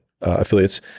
affiliates